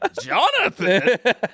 Jonathan